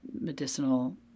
medicinal